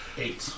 Eight